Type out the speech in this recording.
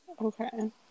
Okay